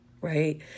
right